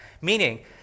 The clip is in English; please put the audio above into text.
meaning